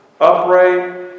upright